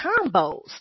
combos